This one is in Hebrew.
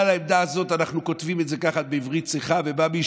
העמדה הזאת אנחנו כותבים את זה כך בעברית צחה.